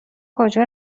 کجا